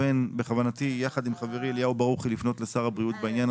בכוונתי יחד עם חברי אליהו ברוכי לפנות לשר הבריאות בעניין